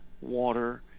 water